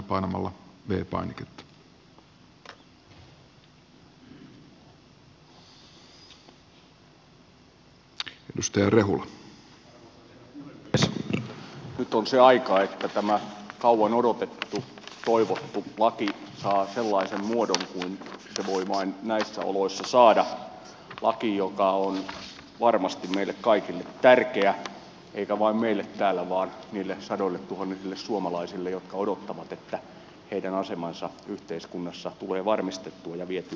nyt on se aika että tämä kauan odotettu toivottu laki saa sellaisen muodon kuin se voi vain näissä oloissa saada laki joka on varmasti meille kaikille tärkeä eikä vain meille täällä vaan niille sadoilletuhansille suomalaisille jotka odottavat että heidän asemansa yhteiskunnassa tulee varmistettua ja vietyä eteenpäin